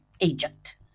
agent